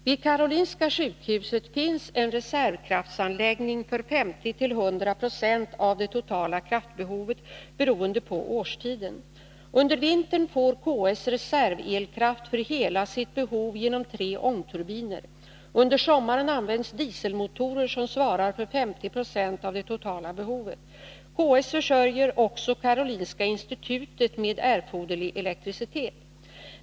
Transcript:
Vid Karolinska sjukhuset finns en reservkraftsanläggning för Nr 82 50-100 96 av det totala kraftbehovet, beroende på årstiden. Under vintern Tisdagen den får KS reservelkraft för hela sitt behov genom tre ångturbiner. Under 15 februari 1983 sommaren används dieselmotorer som svarar för 50 96 av det totala behovet.